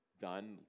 done